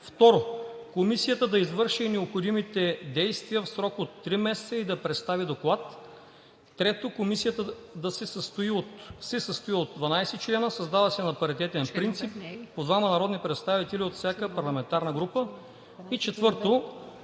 2. Комисията да извърши необходимите действия в срок от три месеца и да представи доклад. 3. Комисията се състои от 12 члена, създава се на паритетен принцип, по двама народни представители от всяка парламентарна група. 4. Избира